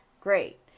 great